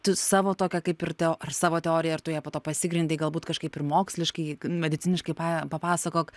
tu savo tokią kaip ir teo ar savo teoriją ar tu ją po to pasigrindei galbūt kažkaip ir moksliškai mediciniškai paje papasakok